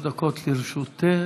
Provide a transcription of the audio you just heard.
שלוש דקות לרשותך.